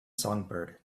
songbird